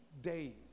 days